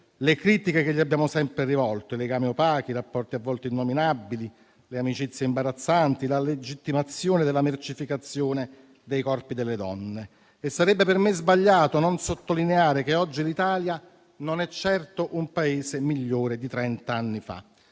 le critiche che gli abbiamo sempre rivolto, i legami opachi, i rapporti a volte innominabili, le amicizie imbarazzanti, la legittimazione della mercificazione dei corpi delle donne. Sarebbe per me sbagliato non sottolineare che oggi l'Italia non è certo un Paese migliore di trenta anni fa.